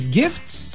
gifts